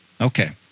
Okay